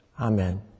Amen